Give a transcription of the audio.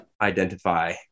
identify